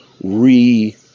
re